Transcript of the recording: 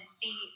see